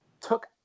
took